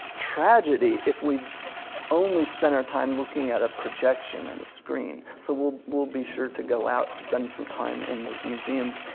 tragedy if we only spend our time looking at a projection in and a screen. so we'll we'll be sure to go out, spend some time in those museums,